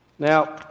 Now